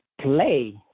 play